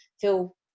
feel